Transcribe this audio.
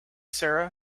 sarah